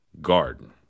garden